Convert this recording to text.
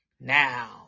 now